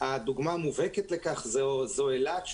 הדוגמה המובהקת לכך זו אילת,